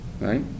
right